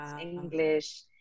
English